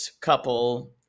couple